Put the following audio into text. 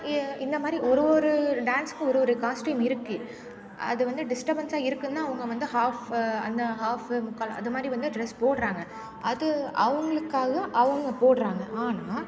இ இந்த மாதிரி ஒரு ஒரு டான்ஸுக்கு ஒரு ஒரு காஸ்ட்யூம் இருக்குது அது வந்து டிஸ்டர்பன்ஸாக இருக்குதுன்னு தான் அவங்க வந்து ஹாஃப் அந்த ஹாஃபு முக்கால் அது மாதிரி வந்து ட்ரெஸ் போடுறாங்க அது அவங்களுக்காக அவங்க போடுறாங்க ஆனா